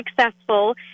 successful